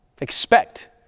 Expect